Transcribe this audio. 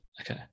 Okay